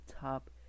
top